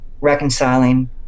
reconciling